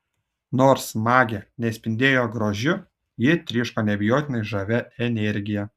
nors magė nespindėjo grožiu ji tryško neabejotinai žavia energija